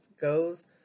goes